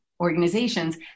organizations